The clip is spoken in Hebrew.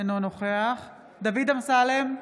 אינו נוכח דוד אמסלם,